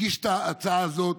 הגיש את ההצעה הזו,